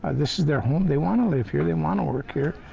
this is their home. they want to live here. they want to work here.